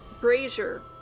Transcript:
brazier